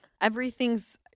Everything's